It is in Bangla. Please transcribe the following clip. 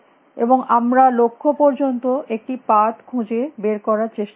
এবং আমরা লক্ষ্য পর্যন্ত একটি পাথ খুঁজে বার করার চেষ্টা করছি